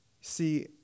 See